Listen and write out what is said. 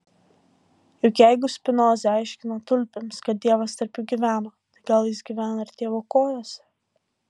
juk jeigu spinoza aiškino tulpėms kad dievas tarp jų gyvena tai gal jis gyvena ir tėvo kojose